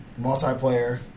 multiplayer